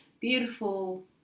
beautiful